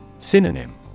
Synonym